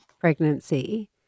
pregnancy